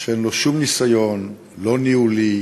שאין לו שום ניסיון, לא ניהולי,